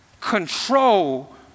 control